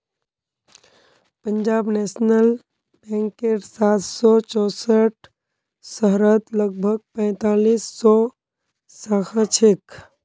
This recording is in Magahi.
पंजाब नेशनल बैंकेर सात सौ चौसठ शहरत लगभग पैंतालीस सौ शाखा छेक